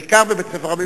ובעיקר בבית-הספר,